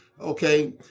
okay